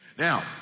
Now